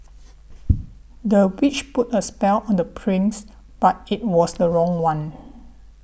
the witch put a spell on the prince but it was the wrong one